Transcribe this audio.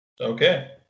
Okay